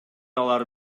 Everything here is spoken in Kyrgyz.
алар